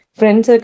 friends